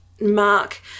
mark